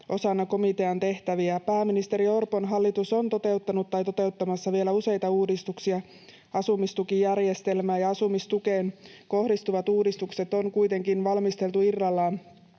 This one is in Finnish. osana komitean tehtäviä. Pääministeri Orpon hallitus on toteuttanut tai toteuttamassa vielä useita uudistuksia asumistukijärjestelmään, ja asumistukeen kohdistuvat uudistukset on kuitenkin valmisteltu irrallaan